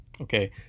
okay